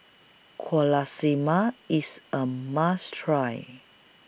Quesadillas IS A must Try